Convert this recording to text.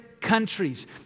countries